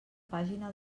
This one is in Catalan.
pàgina